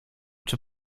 czy